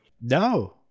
No